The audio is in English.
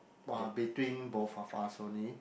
between both of us only